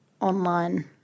online